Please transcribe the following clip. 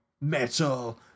metal